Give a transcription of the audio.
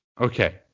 Okay